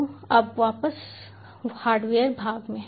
तो अब वापस हार्डवेयर भाग में